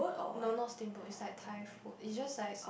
no not steamboat is like Thai food it's just like